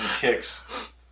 kicks